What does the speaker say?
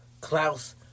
klaus